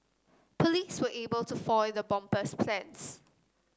police were able to foil the bomber's plans